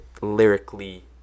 lyrically